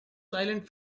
silent